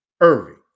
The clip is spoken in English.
Irving